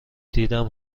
دیدم